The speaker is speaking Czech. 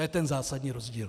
To je ten zásadní rozdíl!